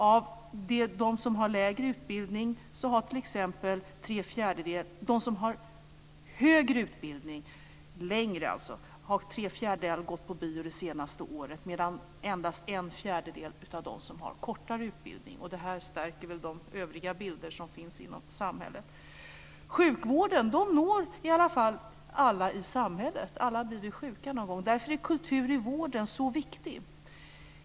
Av dem som har längre utbildning har t.ex. tre fjärdedelar gått på bio under det senaste året medan endast en fjärdedel av dem som har kortare utbildning har gjort det. Detta stärker de övriga bilder som finns i samhället. Sjukvården når i alla fall alla i samhället. Alla blir vi sjuka någon gång. Därför är kultur i vården så viktig.